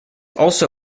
also